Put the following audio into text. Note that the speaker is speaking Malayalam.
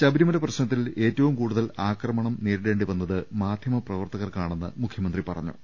ശബരിമല പ്രശ്നത്തിൽ ഏറ്റവും കൂടുതൽ ആക്രമണം നേരി ടേണ്ടി വന്നത് മാധ്യമ പ്രവർത്തകർക്കാണെന്ന് മുഖ്യമന്ത്രി പറഞ്ഞു